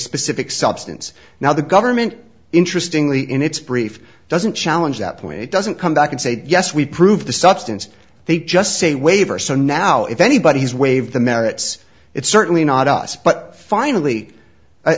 specific substance now the government interestingly in its brief doesn't challenge that point it doesn't come back and say yes we prove the substance they just say waiver so now if anybody's waive the merits it's certainly not us but finally